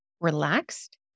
relaxed